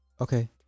Okay